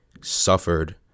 suffered